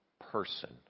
person